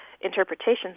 interpretations